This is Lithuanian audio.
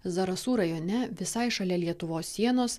zarasų rajone visai šalia lietuvos sienos